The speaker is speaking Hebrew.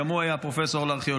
גם הוא היה פרופסור לארכיאולוגיה,